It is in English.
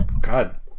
God